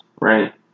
right